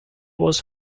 was